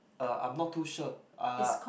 uh I'm not too sure uh